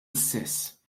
istess